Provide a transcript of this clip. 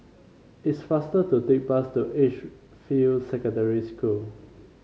it's faster to take bus to Edgefield Secondary School